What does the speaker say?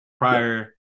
prior